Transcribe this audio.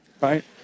right